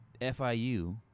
FIU